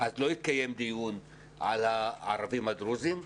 לא התקיים דיון על הערבים הדרוזים,